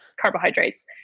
carbohydrates